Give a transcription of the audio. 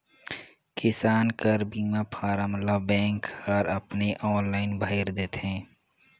किसान कर बीमा फारम ल बेंक हर अपने आनलाईन भइर देथे